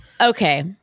okay